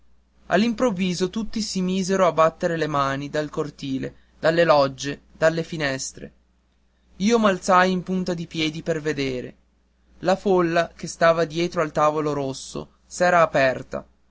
all'improvviso tutti si misero a batter le mani dal cortile dalle logge dalle finestre io m'alzai in punta di piedi per vedere la folla che stava dietro al tavolo rosso s'era aperta